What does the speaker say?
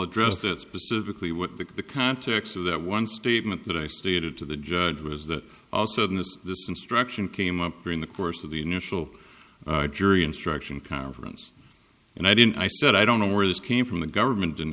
address that specifically what the context of that one statement that i stated to the judge was that also in this this instruction came up during the course of the initial jury instruction conference and i didn't i said i don't know where this came from the government didn't